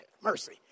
mercy